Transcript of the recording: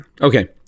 Okay